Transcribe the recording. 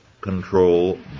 control